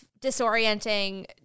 disorienting